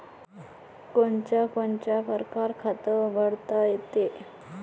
कोनच्या कोनच्या परकारं खात उघडता येते?